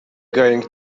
going